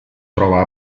trova